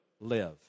live